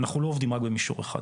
אנחנו לא עובדים רק במישור אחד.